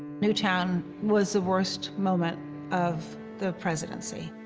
newtown was the worst moment of the presidency.